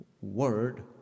word